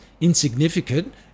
insignificant